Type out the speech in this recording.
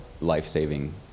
life-saving